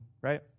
right